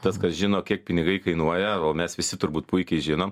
tas kas žino kiek pinigai kainuoja o mes visi turbūt puikiai žinom